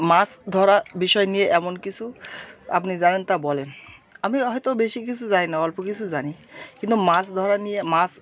মাছ ধরা বিষয় নিয়ে এমন কিছু আপনি জানেন তা বলুন আমি হয়তো বেশি কিছু জানি না অল্প কিছু জানি কিন্তু মাছ ধরা নিয়ে মাছ